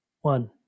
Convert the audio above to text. one